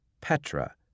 Petra